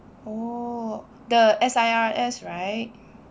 oh the S_I_R_S right